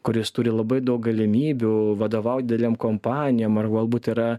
kuris turi labai daug galimybių vadovaut didelėm kompanijom ar galbūt yra